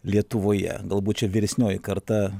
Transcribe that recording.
lietuvoje galbūt čia vyresnioji karta